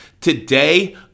Today